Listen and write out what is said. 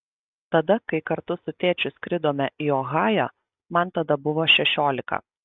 tada kai kartu su tėčiu skridome į ohają man tada buvo šešiolika